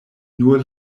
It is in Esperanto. nur